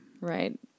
Right